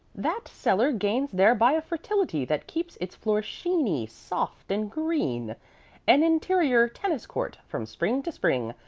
that cellar gains thereby a fertility that keeps its floor sheeny, soft, and green an interior tennis-court from spring to spring,